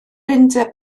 undeb